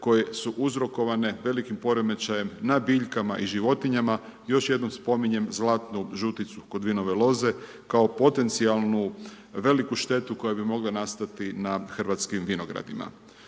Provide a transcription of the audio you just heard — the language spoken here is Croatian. koje su uzrokovane velikim poremećajem na biljkama i životinjama. Još jednom spominjem zlatnu žuticu kod vinove loze, kao potencijalu veliku štetu, koje bi mogle nastati na hrvatskim vinogradima.